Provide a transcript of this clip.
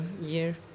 year